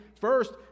first